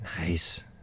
Nice